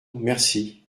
merci